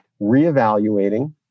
reevaluating